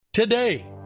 Today